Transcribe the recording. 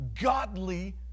godly